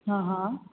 હં હં